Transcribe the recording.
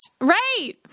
right